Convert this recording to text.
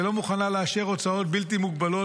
ולא מוכנה לאשר הוצאות בלתי מוגבלות